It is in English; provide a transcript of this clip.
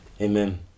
amen